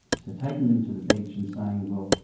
so taking them to the beach and saying, well,